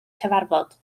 cyfarfod